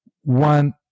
one